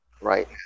right